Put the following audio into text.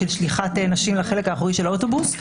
של שליחת נשים לחלק האחורי של האוטובוס,